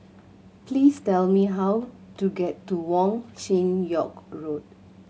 please tell me how to get to Wong Chin Yoke Road